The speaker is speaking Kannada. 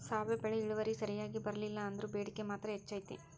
ಸಾವೆ ಬೆಳಿ ಇಳುವರಿ ಸರಿಯಾಗಿ ಬರ್ಲಿಲ್ಲಾ ಅಂದ್ರು ಬೇಡಿಕೆ ಮಾತ್ರ ಹೆಚೈತಿ